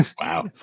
Wow